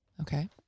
Okay